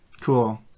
Cool